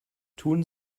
tun